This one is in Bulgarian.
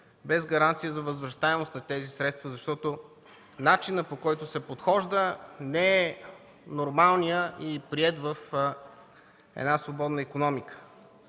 без гаранция за възвръщаемост на тези средства, защото начинът, по който се подхожда не е нормалният и приет в една свободна икономика.